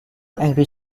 angry